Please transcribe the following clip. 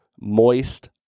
moist